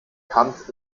kampf